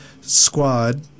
squad